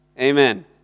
Amen